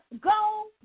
go